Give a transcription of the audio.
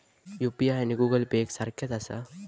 UPI आणि Google Pay एक सारख्याच आसा?